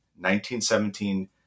1917